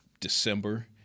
December